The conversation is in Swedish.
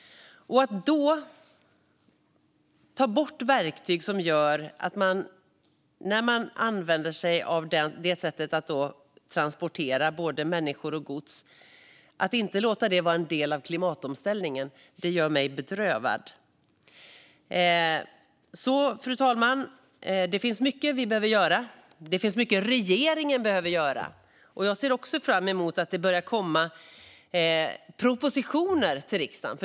Att man då tar bort verktyg, att man inte vill låta sättet att transportera människor och gods vara en del av klimatomställningen, gör mig bedrövad. Fru talman! Det finns mycket vi behöver göra. Det finns mycket regeringen behöver göra. Jag ser också fram emot att det börjar komma propositioner till riksdagen.